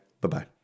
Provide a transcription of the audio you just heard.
Bye-bye